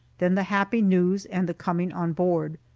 then the happy news, and the coming on board.